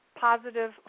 positive